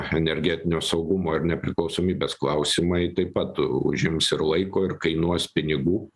energetinio saugumo ir nepriklausomybės klausimai taip pat užims ir laiko ir kainuos pinigų